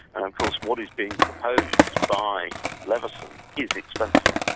and of course what is being proposed by leveson is expensive.